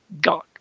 God